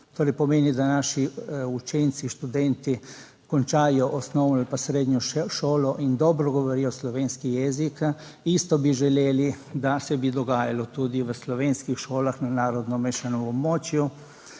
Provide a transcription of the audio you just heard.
torej pomeni, da naši učenci, študenti končajo osnovno ali srednjo šolo in dobro govorijo slovenski jezik. Isto bi želeli, da se bi dogajalo tudi v slovenskih šolah na narodno mešanem območju.